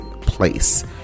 place